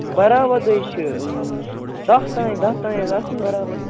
برابد حظ چھِ دَہ تام دَہ تام حظ آسَن برابد